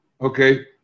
okay